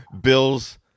Bills